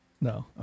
No